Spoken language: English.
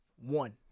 one